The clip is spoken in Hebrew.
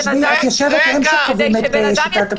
הם אלה שקובעים את שיטת הבחירות.